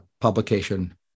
publication